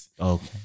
okay